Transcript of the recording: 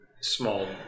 small